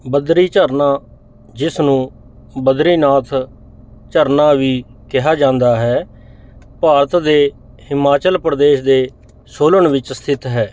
ਬਦਰੀ ਝਰਨਾ ਜਿਸ ਨੂੰ ਬਦਰੀਨਾਥ ਝਰਨਾ ਵੀ ਕਿਹਾ ਜਾਂਦਾ ਹੈ ਭਾਰਤ ਦੇ ਹਿਮਾਚਲ ਪ੍ਰਦੇਸ਼ ਦੇ ਸੋਲਨ ਵਿੱਚ ਸਥਿਤ ਹੈ